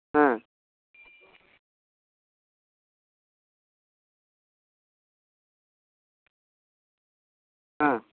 ᱦᱮᱸ ᱦᱮᱸ